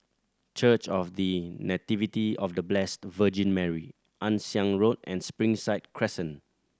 Church of The Nativity of The Blessed Virgin Mary Ann Siang Road and Springside Crescent